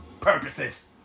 purposes